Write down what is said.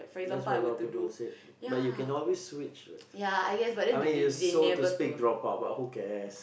that's what a lot of people said but you can always switch what I mean you so to speak drop out but who cares